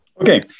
Okay